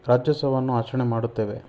ರಾಜ್ಯೋತ್ಸವವನ್ನು ಆಚರಣೆ ಮಾಡುತ್ತೇವೆ